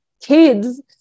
kids